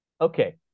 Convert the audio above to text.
Okay